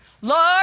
Lord